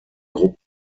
gruppen